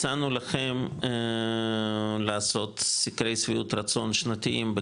הצענו לכם לעשות סקרי שביעות רצון שנתיים,